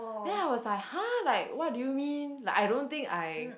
then I was like !huh! like why do you mean like I don't think I